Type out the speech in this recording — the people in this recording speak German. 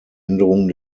änderung